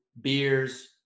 beers